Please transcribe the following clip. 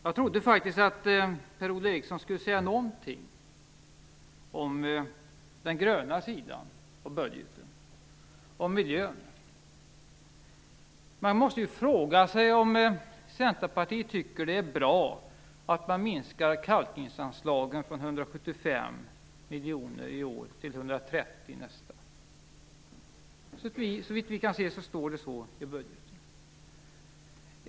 Jag trodde faktiskt att Per-Ola Eriksson skulle säga någonting om den gröna sidan av budgeten, om miljön. Man måste fråga sig om Centerpartiet tycker att det är bra att man minskar kalkningsanslagen från 175 miljoner i år till 130 nästa år. Såvitt vi kan se så står det så i budgeten.